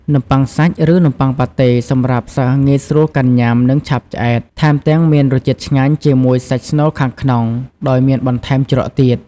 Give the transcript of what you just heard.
នំបុ័ងសាច់ ឫនំបុ័ងប៉ាតេ សម្រាប់សិស្សងាយស្រួលកាន់ញុាំ និងឆាប់ឆ្អែត ថែមទាំងមានរសជាតិឆ្ងាញ់ជាមួយសាច់ស្នូលខាងក្នុងដោយមានបន្ថែមជ្រក់ទៀត។